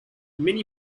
mini